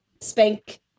spank